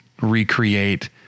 recreate